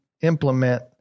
implement